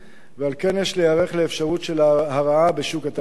ועל כן יש להיערך לאפשרות של הרעה בשוק התעסוקה.